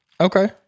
Okay